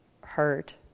hurt